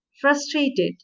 frustrated